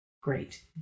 Great